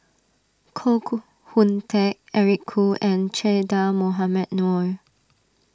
Koh Hoon Teck Eric Khoo and Che Dah Mohamed Noor